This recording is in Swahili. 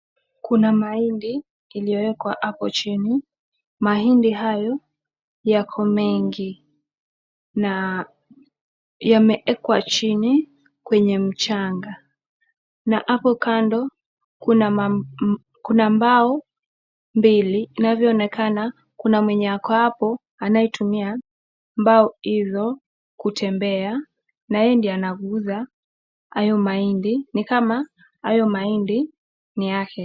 Kuna mahindi iliwekwa hapo chini. Mahindi hayo yako mengi na yamewekwa chini kwenye mchanga. Na hapo kando kuna mbao mbili. Inavyoonekana kuna mwenye ako hapo anayetumia mbao hizo kutembea na yeye ndiye anaguza hayo mahindi. Ni kama hayo mahindi ni yake.